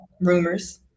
Rumors